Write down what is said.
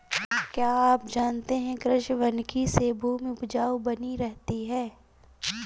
क्या आप जानते है कृषि वानिकी से भूमि उपजाऊ बनी रहती है?